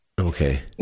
Okay